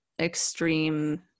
extreme